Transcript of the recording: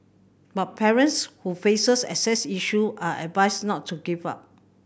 but parents who faces access issue are advised not to give up